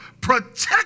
protect